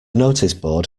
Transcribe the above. noticeboard